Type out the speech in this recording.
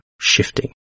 shifting